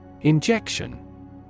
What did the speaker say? Injection